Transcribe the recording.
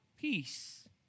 peace